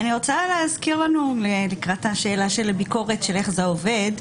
אני רוצה להזכיר לנו לקראת השאלה של הביקורת של איך זה עובד,